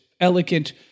elegant